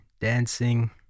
dancing